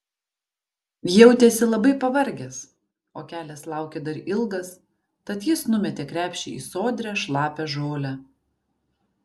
jautėsi labai pavargęs o kelias laukė dar ilgas tad jis numetė krepšį į sodrią šlapią žolę